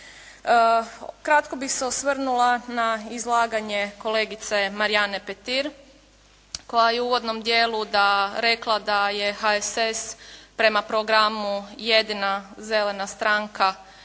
Kratko bih se osvrnula na izlaganje kolegice Marijane Petir koja je u uvodno dijelu rekla da je HSS prema programu jedina zelena stranka u